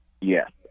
Yes